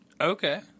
Okay